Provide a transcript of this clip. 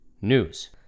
news